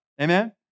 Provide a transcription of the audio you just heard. amen